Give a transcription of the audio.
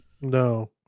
No